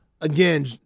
Again